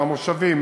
מהמושבים,